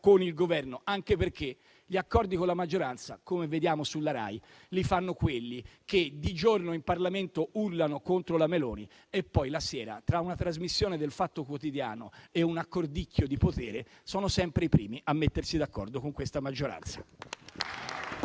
con il Governo. Anche perché gli accordi con la maggioranza, come vediamo sulla RAI, li fanno quelli che di giorno in Parlamento urlano contro la Meloni, e poi la sera, tra una trasmissione de «Il Fatto Quotidiano» e un "accordicchio" di potere, sono sempre i primi a mettersi d'accordo con questa maggioranza.